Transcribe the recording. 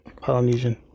Polynesian